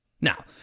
Now